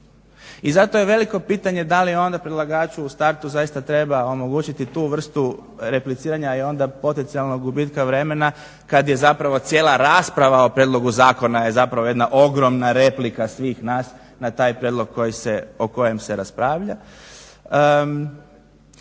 i zato je veliko pitanje da li onda predlagaču u startu zaista treba omogućiti tu vrstu repliciranja i onda potencijalnog gubitka vremena kad je zapravo cijela rasprava o prijedlogu zakona jedna ogromna replika svih nas na taj prijedlog o kojem se raspravlja.